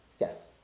Yes